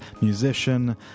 musician